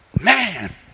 Man